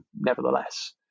nevertheless